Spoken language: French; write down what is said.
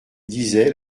disait